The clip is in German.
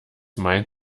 meint